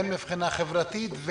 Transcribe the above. הן מבחינה חברתית,